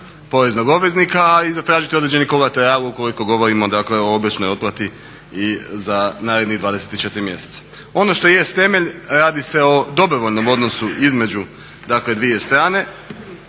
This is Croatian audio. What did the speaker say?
poreznog obveznika, a i zatražiti određeni kolateral ukoliko govorimo, dakle o obročnoj otplati za narednih 24 mjeseca. Ono što jest temelj, radi se o dobrovoljnom odnosu između dakle dvije strane.